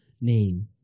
name